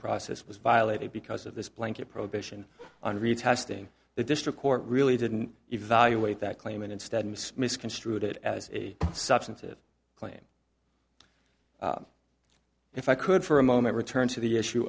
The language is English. process was violated because of this blanket prohibition on retesting the district court really didn't evaluate that claim and instead misconstrued it as a substantive claim if i could for a moment return to the issue